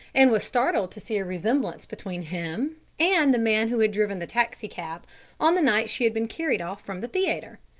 and was startled to see a resemblance between him and the man who had driven the taxicab on the night she had been carried off from the theatre.